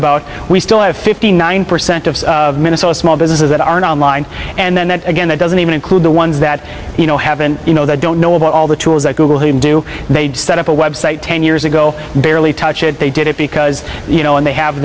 about we still have fifty nine percent of minnesota small businesses that are and online and then again that doesn't even include the ones that you know haven't you know they don't know about all the tools that google didn't do they just set up a website ten years ago barely touch it they did it because you know and they have